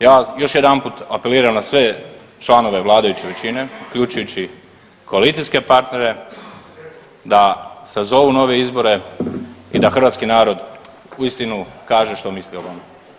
Ja još jedanput apeliram na sve članove vladajuće većine, uključujući koalicijske partnere da sazovu nove izbore i da hrvatski narod uistinu kaže što misli o vama.